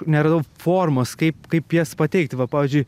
nerodau formos kaip kaip jas pateikti va pavyzdžiui